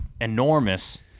enormous